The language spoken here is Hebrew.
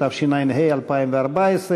התשע"ה 2014,